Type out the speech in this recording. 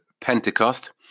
Pentecost